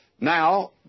Now